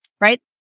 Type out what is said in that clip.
right